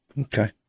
Okay